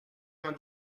vingt